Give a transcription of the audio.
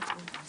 בשעה